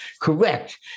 correct